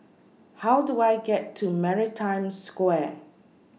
How Do I get to Maritime Square